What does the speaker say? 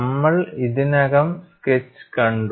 നമ്മൾ ഇതിനകം സ്കെച്ച് കണ്ടു